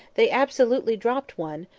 they absolutely dropped one,